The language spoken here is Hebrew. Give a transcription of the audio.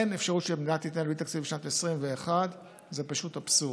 אין אפשרות שמדינה תתנהל בלי תקציב בשנת 2021. זה פשוט אבסורד.